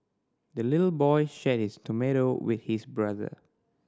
the little boy shared his tomato with his brother